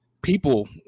people